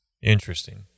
Interesting